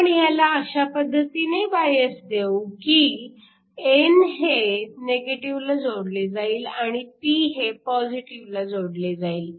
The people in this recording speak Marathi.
आपण ह्याला अशा पद्धतीने बायस देऊ की n हे निगेटिव्हला जोडले जाईल आणि p हे पॉजिटीव्हला जोडले जाईल